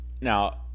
Now